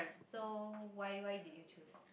so why why did you choose